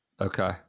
Okay